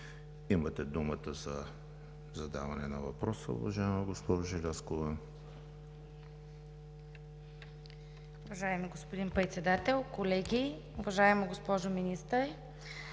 Имате думата за задаване на въпрос, уважаема госпожо Желязкова.